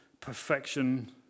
perfection